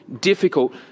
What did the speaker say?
difficult